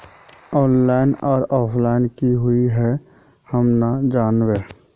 Online आर offline की हुई है हम ना जाने?